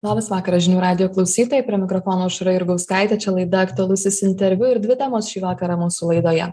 labas vakaras žinių radijo klausytojai prie mikrofono aušra jurgauskaitė čia laida aktualusis interviu ir dvi damos šį vakarą mūsų laidoje